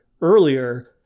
earlier